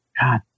God